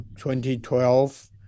2012